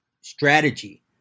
strategy